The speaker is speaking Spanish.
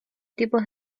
tipos